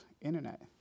internet